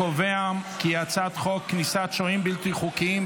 חוק כניסת שוהים בלתי חוקים,